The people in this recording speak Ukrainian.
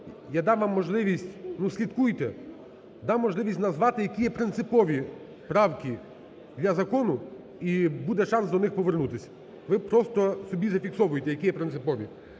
дам можливість назвати, які є принципові правки до закону. І буде шанс до них повернутись. Ви просто собі зафіксовуйте, які є принципові.